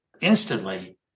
instantly